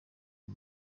uyu